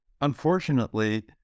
Unfortunately